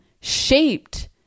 shaped